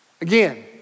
Again